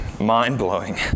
mind-blowing